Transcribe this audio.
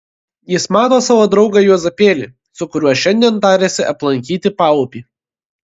jis mato savo draugą juozapėlį su kuriuo šiandien tarėsi aplankyti paupį